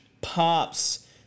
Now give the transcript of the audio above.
Pops